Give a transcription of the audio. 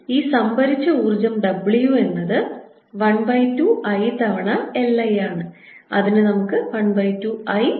അതിനാൽ ഈ സംഭരിച്ച ഊർജ്ജം W എന്നത് 12 I തവണ LI ആണ് അതിനെ നമുക്ക് 12 I ഫ്ലക്സ് ഫൈ ആയി എഴുതാം